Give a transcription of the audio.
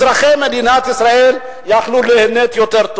אזרחי מדינת ישראל יכלו ליהנות יותר.